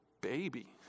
baby